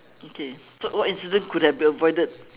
okay so what incident could have been avoided